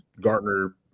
Gartner